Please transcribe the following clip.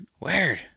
Weird